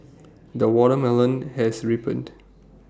the watermelon has ripened